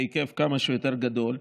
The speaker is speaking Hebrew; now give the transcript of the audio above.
בהיקף שהוא כמה שיותר גדול.